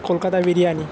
কলকাতায় বিরিয়ানি